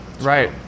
Right